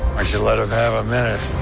should let him have a minute.